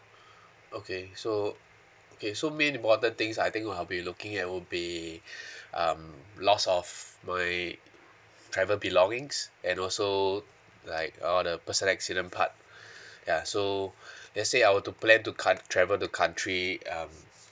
okay so okay so main important things I think I'll be looking at would be um lost of my travel belongings and also like all the personal accident part ya so let's say I were to plan to count~ travel to country um